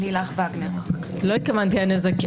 לא התכוונתי הנזק.